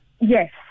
Yes